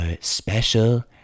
special